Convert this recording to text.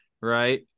Right